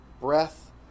breath